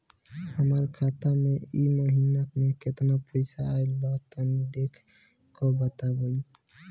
हमरा खाता मे इ महीना मे केतना पईसा आइल ब तनि देखऽ क बताईं?